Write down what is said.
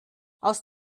aus